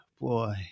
boy